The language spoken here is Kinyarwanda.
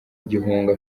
gihunga